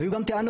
והיו גם טענות.